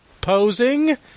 posing